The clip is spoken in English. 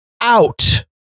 out